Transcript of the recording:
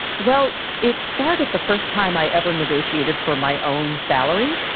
well, it started the first time i ever negotiated for my own salary,